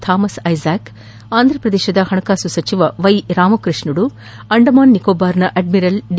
Thomas Isaac ಅಂಧ್ರಪ್ರದೇಶದ ಪಣಕಾಸು ಸಚಿವ ರಾಮಕೃಷ್ಣುದು ಅಂಡಮಾನ್ ನಿಕೋಬಾರ್ನ ಅಡ್ಮಿರಲ್ ಡಿ